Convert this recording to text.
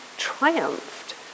triumphed